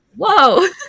Whoa